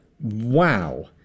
wow